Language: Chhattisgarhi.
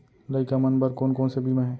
लइका मन बर कोन कोन से बीमा हे?